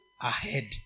ahead